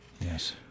Yes